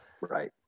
Right